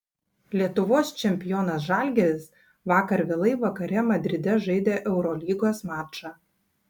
lietuvos čempionas žalgiris vakar vėlai vakare madride žaidė eurolygos mačą